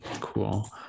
Cool